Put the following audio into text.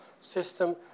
system